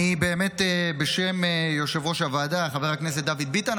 אני באמת בשם יושב-ראש הוועדה חבר הכנסת דוד ביטן,